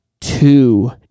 two